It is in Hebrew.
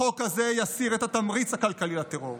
החוק הזה יסיר את התמריץ הכלכלי לטרור.